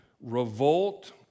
revolt